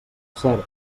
cert